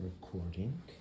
recording